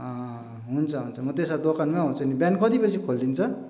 हुन्छ हुन्छ म त्यसो भए दोकानमै आउँछु नि बिहान कति बजी खोलिन्छ